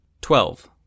Twelve